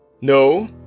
No